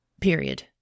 period